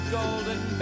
golden